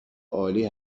عالی